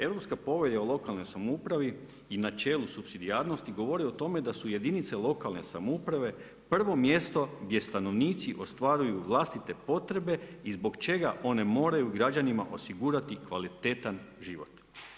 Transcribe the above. Europska povelja o lokalnoj samoupravi i načelo supsidijarnosti govore o tome da su „jedinice lokalne samouprave prvo mjesto gdje stanovnici ostvaruju vlastite potrebe i zbog čega one moraju građanima osigurati kvalitetan život.